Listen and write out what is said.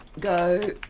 go,